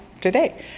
today